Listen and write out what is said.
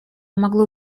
могло